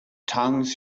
tongues